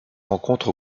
rencontre